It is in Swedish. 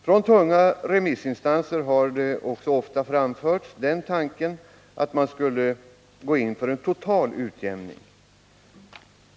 Från tunga remissinstanser har oftast framförts tanken att man skulle gå in för en total utjämning.